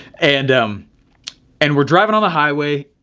and um and, we're driving on the highway,